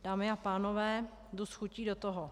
Dámy a pánové, jdu s chutí do toho.